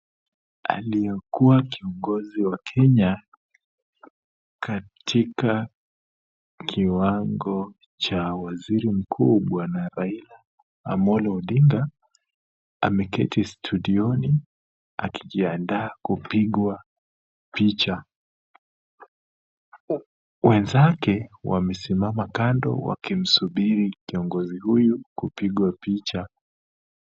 Aliyekuwa kiongozi wa Kenya katika kiwango cha waziri mkuu bwana Raila Amollo Odinga, ameketi studioni akijiandaa kupigwa picha. Wenzake wamesimama kando wakimsubiri kiongozi huyu kupigwa picha.